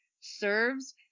serves